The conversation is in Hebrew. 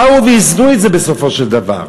באו ואיזנו את זה בסופו של דבר.